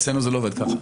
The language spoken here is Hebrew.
אצלנו זה לא עובד ככה.